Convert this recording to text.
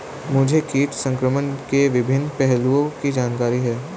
मुझे कीट संक्रमण के विभिन्न पहलुओं की जानकारी है